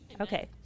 Okay